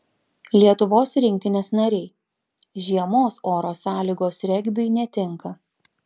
lietuvos rinktinės nariai žiemos oro sąlygos regbiui netinka